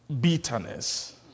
bitterness